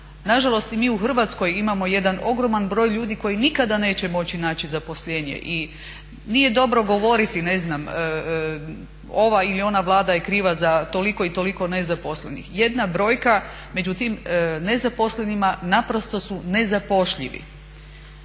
Na žalost mi u Hrvatskoj imamo jedan ogroman broj ljudi koji nikada neće moći naći zaposlenje i nije dobro govoriti, ne znam, ova ili ona Vlada je kriva za toliko i toliko nezaposlenih. Jedna brojka među tim nezaposlenima naprosto su nezapošljivi.